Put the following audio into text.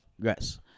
Yes